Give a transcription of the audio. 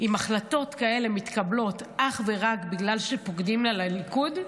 אם החלטות כאלה מתקבלות אך ורק בגלל שפוקדים לה לליכוד,